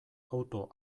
auto